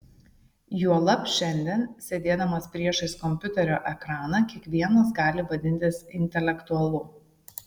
juolab šiandien sėdėdamas priešais kompiuterio ekraną kiekvienas gali vadintis intelektualu